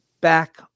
back